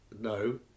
No